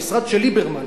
המשרד של ליברמן,